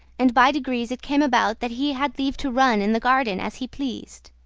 and by degrees it came about that he had leave to run in the garden as he pleased.